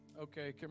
Okay